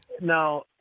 Now